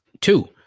Two